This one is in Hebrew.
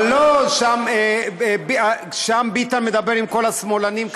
אבל שם ביטן מדבר עם כל השמאלנים.